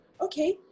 okay